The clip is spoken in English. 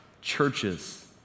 churches